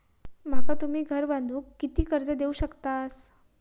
माका तुम्ही घर बांधूक किती कर्ज देवू शकतास?